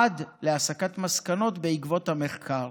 עד להסקת מסקנות בעקבות המחקר